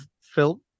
film